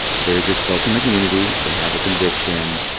they're just folks in the community. they have a conviction.